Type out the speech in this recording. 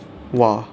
!wah!